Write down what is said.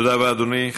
תודה רבה, אדוני.